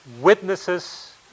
witnesses